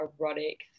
erotic